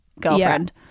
girlfriend